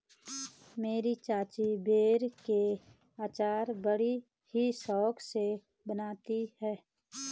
मेरी चाची बेर के अचार बड़ी ही शौक से बनाती है